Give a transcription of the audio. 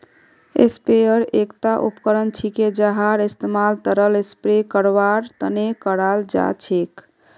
sprayer एकता उपकरण छिके जहार इस्तमाल तरल स्प्रे करवार तने कराल जा छेक